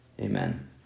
Amen